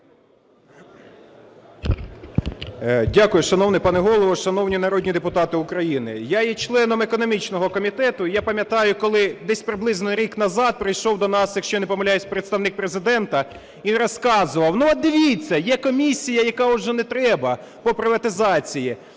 Дякую. Шановний пане Голово, шановні народні депутати України! Я є членом економічного комітету і я пам'ятаю, коли, десь приблизно рік назад, прийшов до нас, якщо я не помиляюсь, Представник Президента і розказував: ну, от дивіться, є комісія, яка уже не треба, по приватизації.